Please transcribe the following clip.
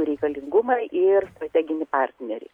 reikalingumą ir strateginį partnerį